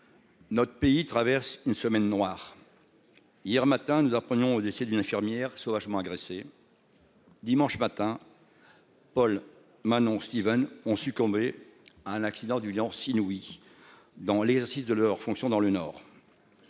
Notre pays traverse une semaine noire. Hier matin, nous apprenions au décès d'une infirmière sauvagement agressé. Dimanche matin. Paul Manon Steven ont succombé à un accident du lance-inouïe. Dans l'exercice de leurs fonctions dans le nord.